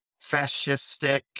fascistic